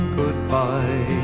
goodbye